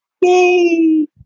Yay